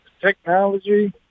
Technology